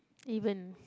even